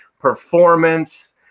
performance